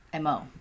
Mo